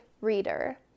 reader